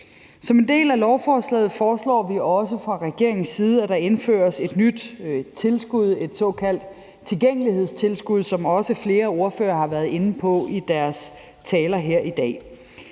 Som en del af lovforslaget foreslår vi også fra regeringens side, at der indføres et nyt tilskud, et såkaldt tilgængelighedstilskud, som flere ordførere også har været inde på i deres taler her i dag.